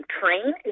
train